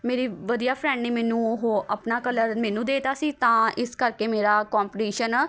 ਮੇਰੀ ਵਧੀਆ ਫਰੈਂਡ ਨੇ ਮੈਨੂੰ ਉਹ ਆਪਣਾ ਕਲਰ ਮੈਨੂੰ ਦੇ ਤਾ ਸੀ ਤਾਂ ਇਸ ਕਰਕੇ ਮੇਰਾ ਕੋਪੀਟੀਸ਼ਨ